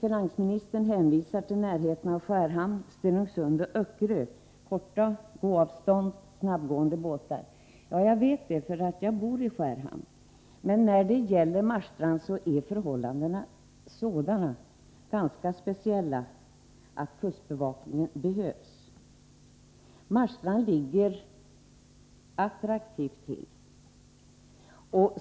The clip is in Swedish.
Finansministern hänvisar till närheten av Skärhamn, Stenungsund och Öckerö, varifrån man lätt kan nå Marstrand med snabbgående båtar. Jag vet att det är riktigt, för jag bor i Skärhamn. Men när det gäller Marstrand är förhållandena så speciella att kustbevakningen behövs. Marstrand ligger attraktivt till.